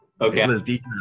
Okay